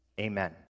Amen